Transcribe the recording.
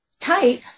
type